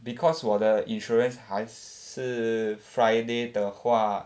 because 我的 insurance 还是 friday 的话